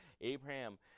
Abraham